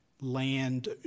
land